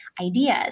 ideas